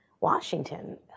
Washington